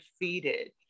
defeated